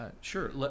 Sure